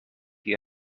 you